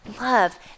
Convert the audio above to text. love